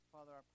Father